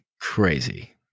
Crazy